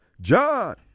John